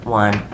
one